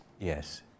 Yes